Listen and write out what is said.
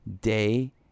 day